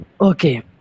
Okay